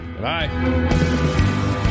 bye